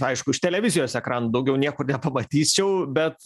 aišku iš televizijos ekranų daugiau niekur nepamatyčiau bet